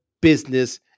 business